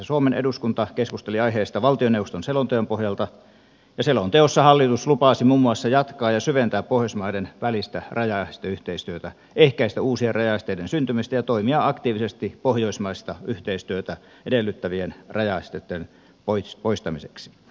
suomen eduskunta keskusteli aiheesta valtioneuvoston selonteon pohjalta ja selonteossa hallitus lupasi muun muassa jatkaa ja syventää pohjoismaiden välistä rajaesteyhteistyötä ehkäistä uusien rajaesteiden syntymistä ja toimia aktiivisesti pohjoismaista yhteistyötä estävien rajaesteitten poistamiseksi